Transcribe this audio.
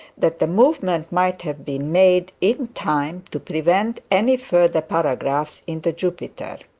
that the movement might have been made in time to prevent any further paragraphs in the jupiter.